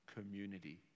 community